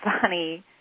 funny